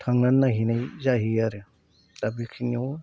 थांनानै नायहैनाय जाहैयो आरो दा बेखिनियाव